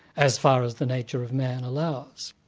as far as the nature of man allows.